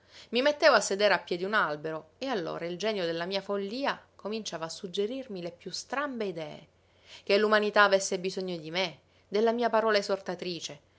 i mettevo a sedere a piè d'un albero e allora il genio della mia follia cominciava a suggerirmi le piú strambe idee che l'umanità avesse bisogno di me della mia parola esortatrice